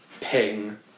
Ping